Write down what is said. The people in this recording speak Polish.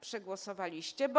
Przegłosowaliście to.